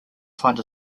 find